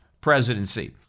presidency